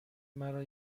مرا